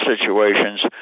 situations